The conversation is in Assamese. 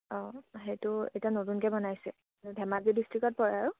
অঁ সেইটো এতিয়া নতুনকে বনাইছে ধেমাজি ডিষ্ট্ৰিকত পৰে আৰু